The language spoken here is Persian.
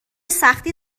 سختی